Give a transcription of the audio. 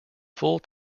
full